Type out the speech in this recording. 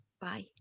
bye